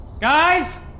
Guys